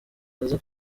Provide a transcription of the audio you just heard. baza